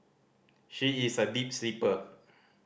she is a deep sleeper